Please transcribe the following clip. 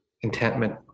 contentment